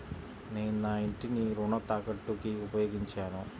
నేను నా ఇంటిని రుణ తాకట్టుకి ఉపయోగించాను